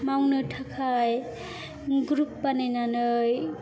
मावनो थाखाय ग्रुप बानायनानै